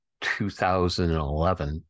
2011